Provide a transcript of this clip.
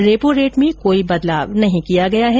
repo rate में कोई बदलाव नहीं किया गया है